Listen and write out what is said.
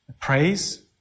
praise